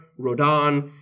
rodan